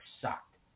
sucked